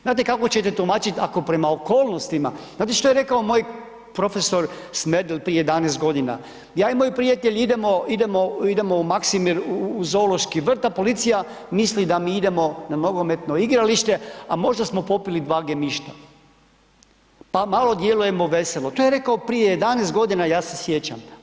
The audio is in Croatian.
Znate kako ćete tumačiti ako prema okolnostima, znate što je rekao moj prof. Smerdel prije 11 g. Ja i moj prijatelj idemo, idemo, idemo u Maksimir u zoološki vrt, a policija misli da mi idemo na nogometno igralište, a možda smo popili dva gemišta pa malo djelujemo veselo, to je rekao prije 11 godina, ja se sjećam.